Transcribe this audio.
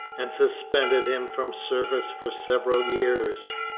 and suspended him from service for several years.